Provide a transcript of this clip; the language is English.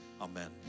amen